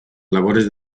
labores